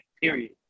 period